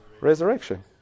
resurrection